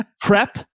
prep